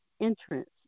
entrance